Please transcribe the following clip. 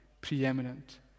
preeminent